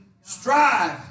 strive